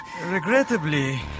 Regrettably